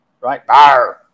right